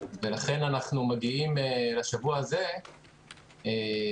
ולכן אנחנו מגיעים לשבוע הזה עם